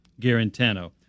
Garantano